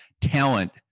talent